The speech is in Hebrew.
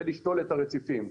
ולשתול את הרציפים.